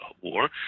war